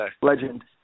legend